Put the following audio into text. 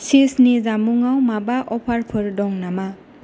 चीजनि जामुंआव माबा अफारफोर दङ नामा